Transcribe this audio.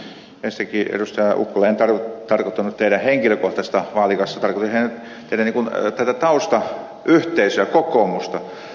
ukkola en tarkoittanut teidän henkilökohtaista vaalikassaanne tarkoitin tätä teidän taustayhteisöänne kokoomusta